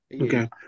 Okay